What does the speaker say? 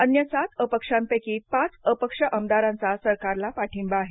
अन्य सात अपक्षांपैकी पाच अपक्ष आमदारांचा सरकारला पाठींबा आहे